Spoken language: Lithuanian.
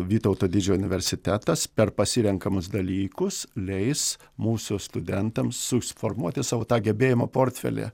vytauto didžiojo universitetas per pasirenkamus dalykus leis mūsų studentams susiformuoti savo tą gebėjimo portfelį